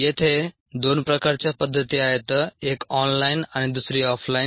येथे दोन प्रकारच्या पद्धती आहेत एक ऑनलाइन आणि दुसरी ऑफलाइन